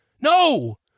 No